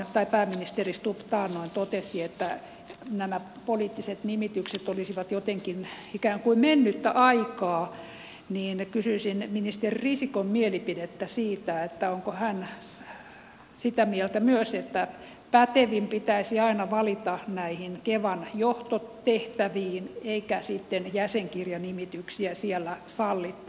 kun pääministeri stubb taannoin totesi että nämä poliittiset nimitykset olisivat jotenkin ikään kuin mennyttä aikaa niin kysyisin ministeri risikon mielipidettä siitä onko hän sitä mieltä myös että pätevin pitäisi aina valita näihin kevan johtotehtäviin eikä sitten jäsenkirjanimityksiä siellä sallittaisi